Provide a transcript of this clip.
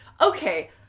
Okay